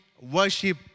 worship